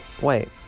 Wait